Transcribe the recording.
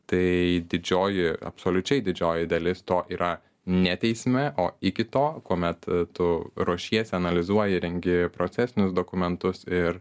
tai didžioji absoliučiai didžioji dalis to yra ne teisme o iki to kuomet tu ruošiesi analizuoji rengė procesinius dokumentus ir